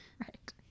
Right